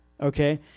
Okay